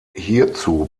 hierzu